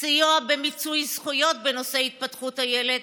סיוע במיצוי זכויות בנושא התפתחות הילד,